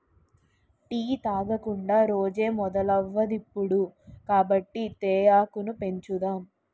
tea తాగకుండా రోజే మొదలవదిప్పుడు కాబట్టి తేయాకును పెంచుదాం